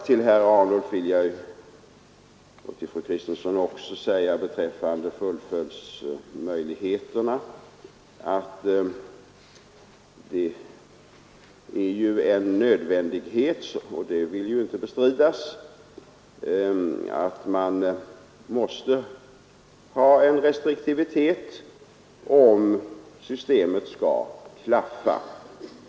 Till herr Ernulf och även till fru Kristensson vill jag säga beträffande fullföljdsmöjligheterna att det är nödvändigt — det vill ingen bestrida — med restriktivitet, om systemet skall klaffa.